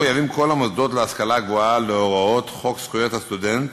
כל המוסדות להשכלה גבוהה מחויבים להוראות חוק זכויות הסטודנט